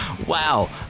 Wow